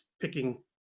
picking